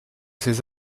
ces